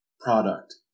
product